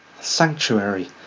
Sanctuary